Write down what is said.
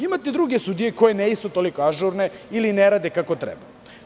Imate i druge sudije koje nisu toliko ažurne ili ne rade kako treba.